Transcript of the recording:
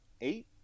Eight